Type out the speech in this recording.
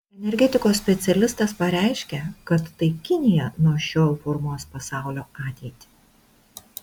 energetikos specialistas pareiškė kad tai kinija nuo šiol formuos pasaulio ateitį